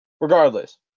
Regardless